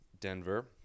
Denver